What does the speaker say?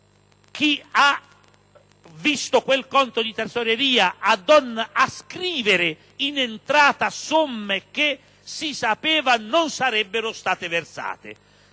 chi ha visto quel conto di tesoreria a non ascrivere in entrata somme che si sapeva non sarebbero state versate.